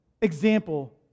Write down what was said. example